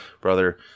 brother